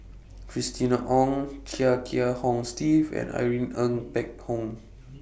Christina Ong Chia Kiah Hong Steve and Irene Ng Phek Hoong